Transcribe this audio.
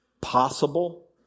possible